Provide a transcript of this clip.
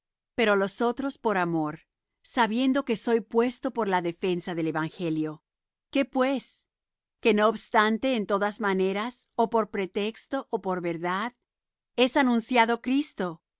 pero los otros por amor sabiendo que soy puesto por la defensa del evangelio qué pues que no obstante en todas maneras ó por pretexto ó por verdad es anunciado cristo